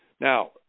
Now